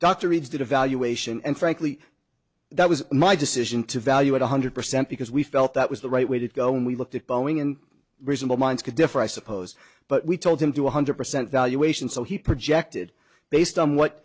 dr reid's did evaluation and frankly that was my decision to value it one hundred percent because we felt that was the right way to go and we looked at boeing and reasonable minds can differ i suppose but we told him to one hundred percent valuation so he projected based on what